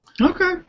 okay